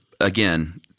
again